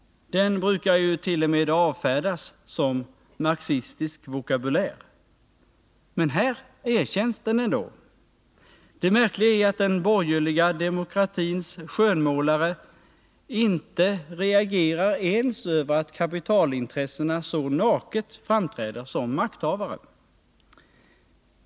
Den brukar jut.o.m. avfärdas som ett utflöde av marxistisk vokabulär. Men här erkänns den ändå. Det märkliga är att den borgerliga demokratins skönmålare inte ens reagerar över att kapitalintressena så naket framträder som makthavare.